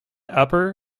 upper